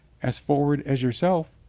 as forward as yourself,